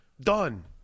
Done